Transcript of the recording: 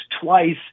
twice